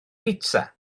pitsa